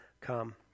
come